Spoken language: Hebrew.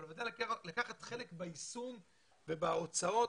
אבל ודאי לקחת חלק ביישום ובהוצאות.